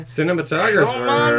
Cinematographer